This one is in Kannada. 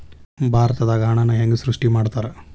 ಭಾರತದಾಗ ಹಣನ ಹೆಂಗ ಸೃಷ್ಟಿ ಮಾಡ್ತಾರಾ